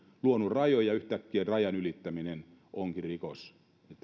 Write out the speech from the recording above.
luonut rajoja ja yhtäkkiä rajan ylittäminen onkin rikos